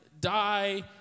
die